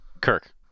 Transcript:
Kirk